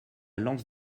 lance